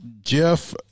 Jeff